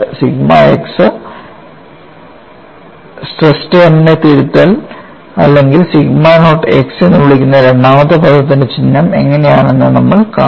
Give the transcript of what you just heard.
sigma x stress ടേമിനെ തിരുത്തൽ അല്ലെങ്കിൽ സിഗ്മ നോട്ട് x എന്ന് വിളിക്കുന്ന രണ്ടാമത്തെ പദത്തിന്റെ ചിഹ്നം എങ്ങനെയാണ് എന്ന് നമ്മൾ കാണും